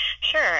Sure